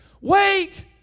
wait